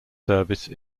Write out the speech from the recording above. service